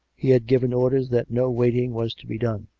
he had given orders that no waiting was to be done